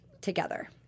together